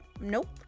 nope